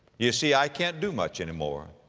you see, i can't do much anymore.